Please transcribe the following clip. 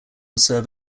serve